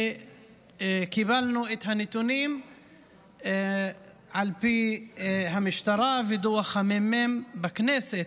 וקיבלנו את הנתונים על פי המשטרה ודוח הממ"מ בכנסת.